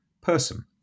person